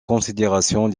considération